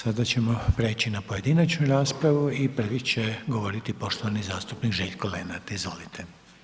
Sada ćemo preći na pojedinačnu raspravu i prvi će govoriti poštovani zastupnik Željko Lenart, izvolite.